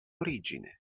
origine